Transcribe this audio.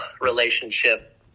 relationship